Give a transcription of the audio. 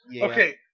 Okay